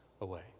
away